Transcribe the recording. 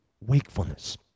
wakefulness